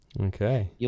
Okay